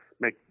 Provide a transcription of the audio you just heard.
make